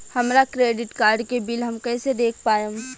हमरा credit card के bill हम कइसे देख पाएम?